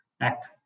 act